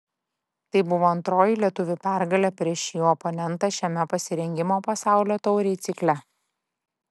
tai buvo antroji lietuvių pergalė prieš šį oponentą šiame pasirengimo pasaulio taurei cikle